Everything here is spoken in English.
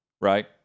Right